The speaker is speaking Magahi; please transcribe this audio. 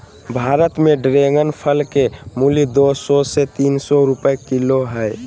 भारत में ड्रेगन फल के मूल्य दू सौ से तीन सौ रुपया किलो हइ